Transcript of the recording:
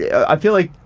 yeah i feel like,